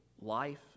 life